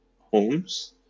homes